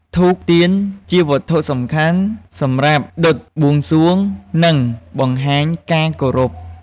ធូប ទៀន ជាវត្ថុសំខាន់សម្រាប់ដុតបួងសួង និងបង្ហាញការគោរព។